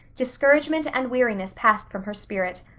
discouragement and weariness passed from her spirit,